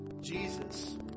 Jesus